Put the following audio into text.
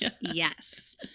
yes